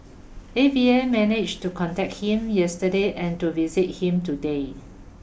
A V A managed to contact him yesterday and to visit him today